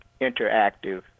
interactive